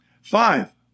Five